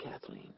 Kathleen